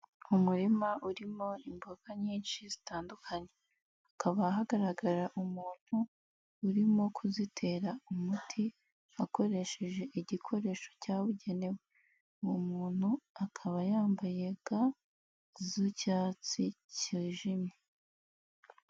Umurima urimo imboga nyinshi zitandukanye, hakaba hagaragara umuntu urimo kuzitera umuti akoresheje igikoresho cyabugenewe, uwo muntu akaba yambaye ga z'icyatsi cyijimye.